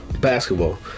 basketball